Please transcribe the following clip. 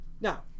now